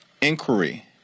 inquiry